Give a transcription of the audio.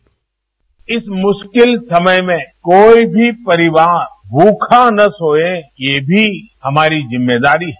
bite इस मुश्किल समय में कोई भी परिवार भूखा न सोए हमारी जिम्मेभदारी है